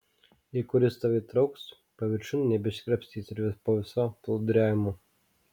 jei kuris tave įtrauks paviršiun nebeišsikapstysi ir po viso plūduriavimo